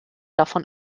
davon